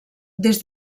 des